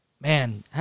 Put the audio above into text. Man